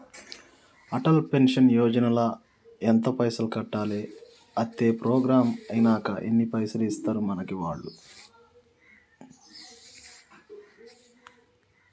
Atal pension Yojana ల ఎంత పైసల్ కట్టాలి? అత్తే ప్రోగ్రాం ఐనాక ఎన్ని పైసల్ ఇస్తరు మనకి వాళ్లు?